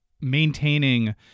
maintaining